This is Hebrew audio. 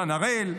דן הראל,